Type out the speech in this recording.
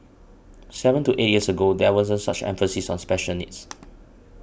seven to eight years ago there wasn't such emphasis on special needs